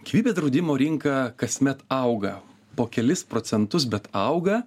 gyvybės draudimo rinka kasmet auga po kelis procentus bet auga